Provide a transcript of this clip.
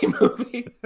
movie